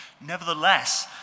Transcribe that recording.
nevertheless